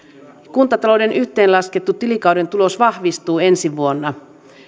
kuntatalouden yhteenlaskettu tilikauden tulos vahvistuu ensi vuonna